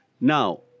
now